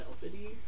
velvety